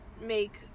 make